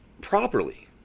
properly